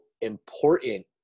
important